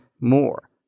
more